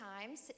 times